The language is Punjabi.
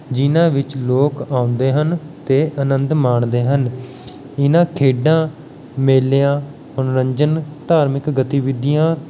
ਜਿਨ੍ਹਾਂ ਵਿੱਚ ਲੋਕ ਆਉਂਦੇ ਹਨ ਅਤੇ ਆਨੰਦ ਮਾਣਦੇ ਹਨ ਇਹਨਾਂ ਖੇਡਾਂ ਮੇਲਿਆਂ ਮਨੋਰੰਜਨ ਧਾਰਮਿਕ ਗਤੀਵਿਧੀਆਂ